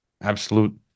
absolute